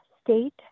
state